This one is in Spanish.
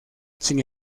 sin